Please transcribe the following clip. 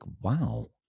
wow